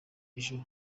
ejo